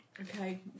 Okay